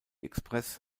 express